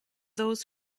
those